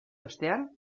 ostean